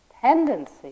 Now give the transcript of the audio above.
tendency